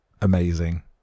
Amazing